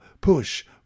push